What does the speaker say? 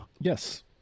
Yes